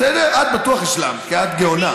בסדר, את בטוח השלמת, כי את גאונה.